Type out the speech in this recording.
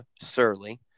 surly